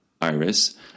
Iris